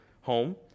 home